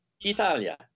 Italia